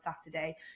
Saturday